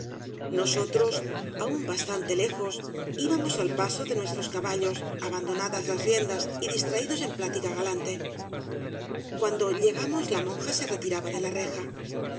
nosotros aún bastante lejos íbamos al paso de nuestros caballos abandonadas las riendas y distraídos en plática galante cuando llegamos la monja se retiraba de la reja